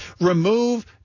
remove